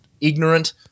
Ignorant